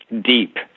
deep